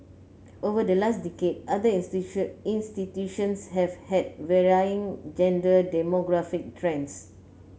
over the last decade other institutions have had varying gender demographic trends